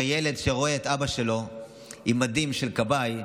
הרי ילד שרואה את אבא שלו עם מדים של כבאי,